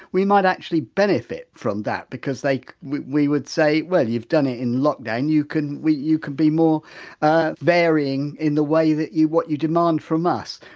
we might actually benefit from that because like we we would say, well you've done it in lockdown, you can. we. you can be more ah varying in the way that you what you demand from us.